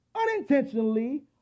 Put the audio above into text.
unintentionally